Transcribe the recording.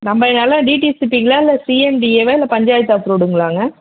நம்ப இடலாம் டிடி சிட்டிங்களா இல்லை சிஎன்டிஏவா இல்லை பஞ்சாயத்து அப்ரூவ்டுங்களாங்க